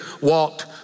walked